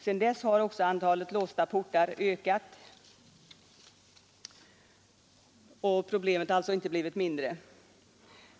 Sedan dess har också antalet låsta portar ökat, och problemet har alltså inte blivit mindre.